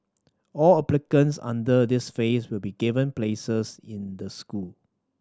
all applicants under this phase will be given places in the school